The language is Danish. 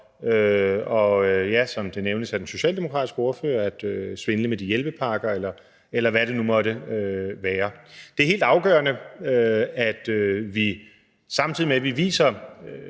og, som det nævnes af den socialdemokratiske ordfører, svindle med hjælpepakkerne, eller hvad det nu måtte være. Det er helt afgørende, at vi, samtidig med at vi viser